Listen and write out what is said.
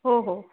हो हो